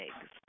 eggs